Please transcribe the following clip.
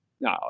No